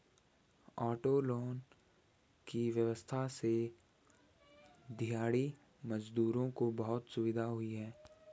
auto loan की व्यवस्था से दिहाड़ी मजदूरों को बहुत सुविधा हुई है